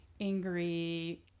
angry